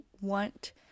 want